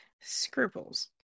Scruples